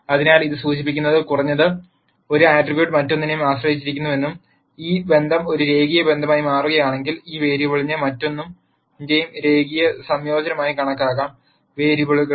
അതിനാൽ ഇത് സൂചിപ്പിക്കുന്നത് കുറഞ്ഞത് ഒരു ആട്രിബ്യൂട്ട് മറ്റൊന്നിനെ ആശ്രയിച്ചിരിക്കുന്നുവെന്നും ഈ ബന്ധം ഒരു രേഖീയ ബന്ധമായി മാറുകയാണെങ്കിൽ ഈ വേരിയബിളിനെ മറ്റൊന്നിന്റെ രേഖീയ സംയോജനമായി കണക്കാക്കാം വേരിയബിളുകൾ